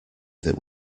that